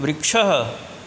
वृक्षः